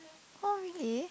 oh really